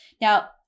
now